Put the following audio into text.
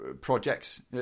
projects